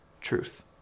Truth